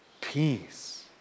Peace